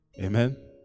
Amen